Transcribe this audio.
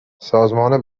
سازمان